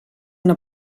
una